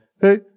Hey